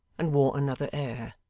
and wore another air.